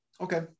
okay